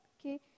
okay